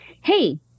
hey